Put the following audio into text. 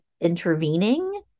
intervening